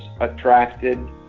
attracted